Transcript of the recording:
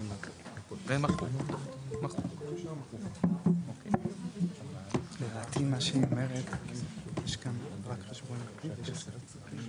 שבסעיף 24 יש כמה אופציות לשמירת כספי לקוחות.